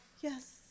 Yes